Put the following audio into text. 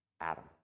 Adam